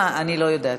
אני לא יודעת.